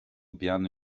piano